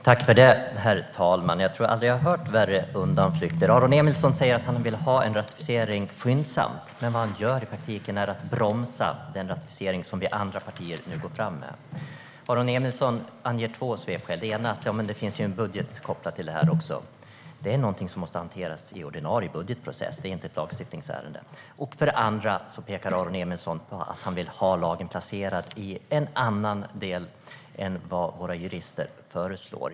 Herr talman! Jag tror att jag aldrig har hört värre undanflykter. Aron Emilsson säger att han vill ha en ratificering skyndsamt, men vad han gör är att i praktiken bromsa den ratificering som vi andra partier föreslår. Aron Emilsson anger två svepskäl. Det ena svepskälet är att det finns en budget kopplad till frågan. Det är något som måste hanteras i ordinarie budgetprocess; det är inte ett lagstiftningsärende. Det andra svepskälet innebär att Aron Emilsson pekar på att han vill ha lagen placerad i en annan del än vad våra jurister föreslår.